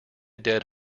dead